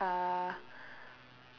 uh